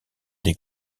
des